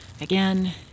again